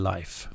Life